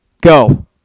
go